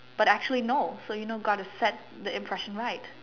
but actually no so you know gotta the impression right